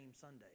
Sunday